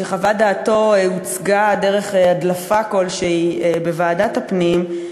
שחוות דעתו הוצגה דרך הדלפה כלשהי בוועדת הפנים,